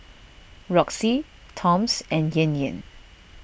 Roxy Toms and Yan Yan